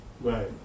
Right